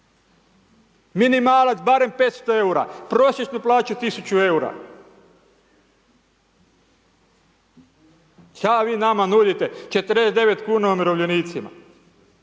minimalac barem 500,00 EUR-a, prosječnu plaću 1.000,00 EUR-a, šta vi nama nudite 49,00 kn umirovljenicima,